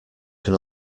can